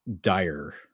dire